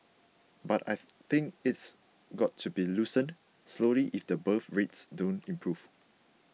but I think it's got to be loosened slowly if the birth rates don't improve